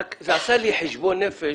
רק זה עשה לי חשבון נפש.